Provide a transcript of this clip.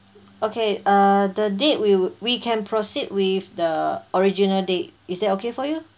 okay err the date we would we can proceed with the original date is that okay for you